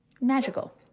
Magical